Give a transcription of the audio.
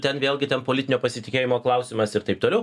ten vėlgi ten politinio pasitikėjimo klausimas ir taip toliau